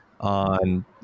on